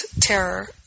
terror